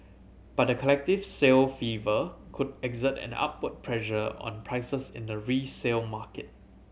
but the collective sale fever could exert an upward pressure on prices in the resale market